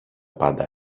πάντα